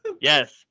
Yes